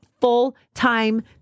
full-time